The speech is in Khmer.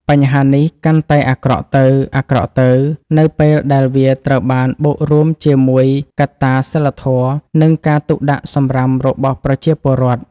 បញ្ហានេះកាន់តែអាក្រក់ទៅៗ នៅពេលដែលវាត្រូវបានបូករួមជាមួយកត្តាសីលធម៌នៃការទុកដាក់សំរាមរបស់ប្រជាពលរដ្ឋ។